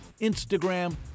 Instagram